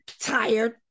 tired